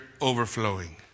overflowing